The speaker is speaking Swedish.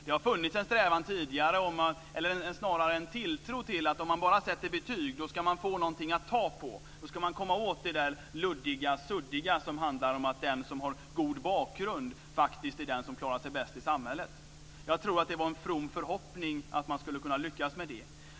Det har tidigare funnits en tilltro till att om man bara sätter betyg ska man få någonting att ta på, då ska man komma åt det luddiga som handlar om att den som har god bakgrund faktiskt är den som klarar sig bäst i samhället. Jag tror att det var en from förhoppning att man skulle kunna lyckas med det.